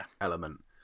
element